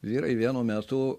vyrai vienu metu